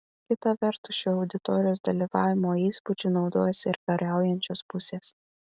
kita vertus šiuo auditorijos dalyvavimo įspūdžiu naudojasi ir kariaujančios pusės